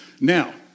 Now